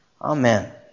Amen